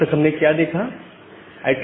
अब तक हमने क्या देखा है